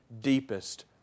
deepest